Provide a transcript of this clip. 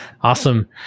Awesome